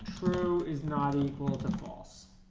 true is not equal to false